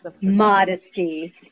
modesty